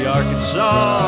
Arkansas